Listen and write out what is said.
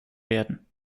werden